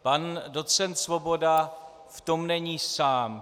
Pan docent Svoboda v tom není sám.